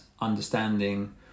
understanding